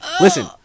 Listen